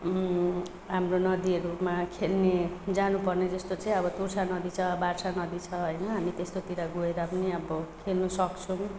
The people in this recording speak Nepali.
हाम्रो नदीहरूमा खेल्ने जानुपर्ने जस्तो चाहिँ अब तोर्सा नदी छ बार्सा नदी छ होइन हामी त्यस्तोतिर गएर पनि अब खेल्नसक्छौँ